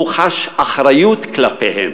והוא חש אחריות כלפיהם